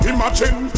Imagine